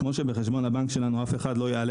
כמו שבחשבון הבנק שלנו אף אחד לא יעלה